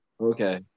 Okay